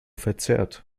verzerrt